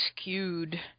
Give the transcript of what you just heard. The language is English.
skewed